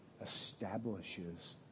establishes